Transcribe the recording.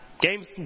games